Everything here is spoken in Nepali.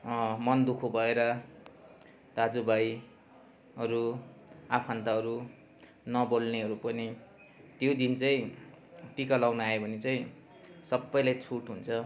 मन दुःखो भएर दाजुभाइहरू आफन्तहरू नबोल्नेहरू पनि त्यो दिन चाहिँ टिका लगाउन आयो भने चाहिँ सबैलाई छुट हुन्छ